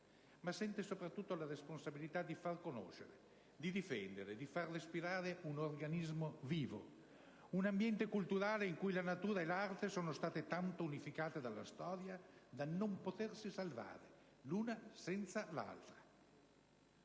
Ma sente soprattutto la responsabilità di far conoscere, di difendere e di far respirare un organismo vivo, un ambiente culturale in cui la natura e l'arte sono state tanto unificate dalla storia da non potersi salvare l'una senza l'altra.